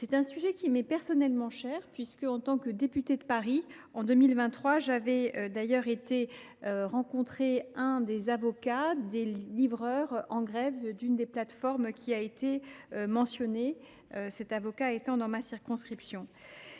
C’est un sujet qui m’est personnellement cher. En tant que députée de Paris, en 2023, j’avais d’ailleurs rencontré l’un des avocats des livreurs en grève d’une des plateformes qui a été mentionnée, cet avocat travaillant dans ma circonscription.